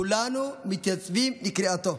כולנו מתייצבים לקריאתו,